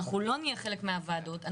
לא נהיה חלק מהוועדות,